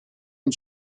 une